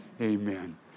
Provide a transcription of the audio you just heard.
Amen